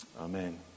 Amen